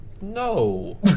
No